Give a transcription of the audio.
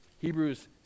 hebrews